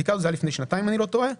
לפני שנתיים אם אני לא טועה,